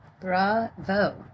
bravo